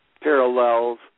parallels